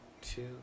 two